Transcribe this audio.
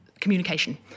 communication